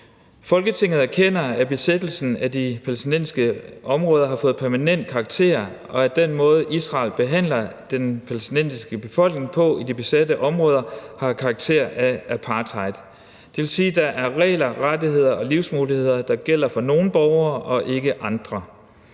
»Folketinget erkender, at besættelsen af de palæstinensiske områder har fået permanent karakter, og at den måde, Israel behandler den palæstinensiske befolkning på i de besatte områder, har karakter af apartheid. Det vil sige, at der er regler, rettigheder og livsmuligheder, der gælder for nogle borgere og ikke andre.